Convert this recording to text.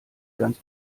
ganz